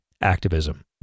activism